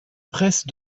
presse